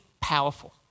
powerful